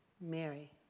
Mary